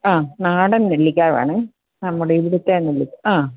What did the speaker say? ആ നാടൻ നെല്ലിക്ക വേണേ നമ്മുടെ ഇവിടുത്തെ നെല്ലിക്ക ആ